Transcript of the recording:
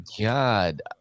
God